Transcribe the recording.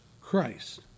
Christ